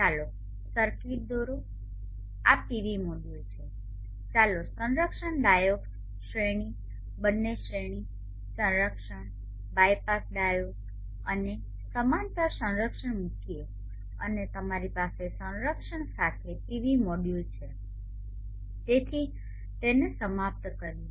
ચાલો સર્કિટ દોરો આ PV મોડ્યુલ છે ચાલો સંરક્ષણ ડાયોડ્સ શ્રેણી બંને શ્રેણી સંરક્ષણ બાયપાસ ડાયોડ અને સમાંતર સંરક્ષણ મૂકીએ અને તમારી પાસે સંરક્ષણ સાથે PV મોડ્યુલ છે તેથી તેને સમાપ્ત કરીએ